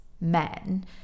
men